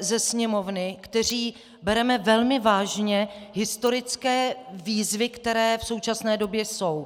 ze Sněmovny, kteří bereme velmi vážně historické výzvy, které v současné době jsou.